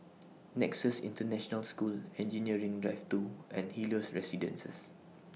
Nexus International School Engineering Drive two and Helios Residences